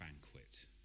banquet